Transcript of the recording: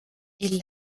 ils